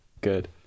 good